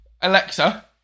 Alexa